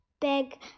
big